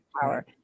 power